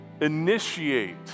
initiate